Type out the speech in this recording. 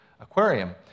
Aquarium